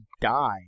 die